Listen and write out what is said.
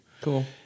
Cool